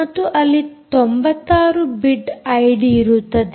ಮತ್ತು ಅಲ್ಲಿ 96 bit ID ಇರುತ್ತದೆ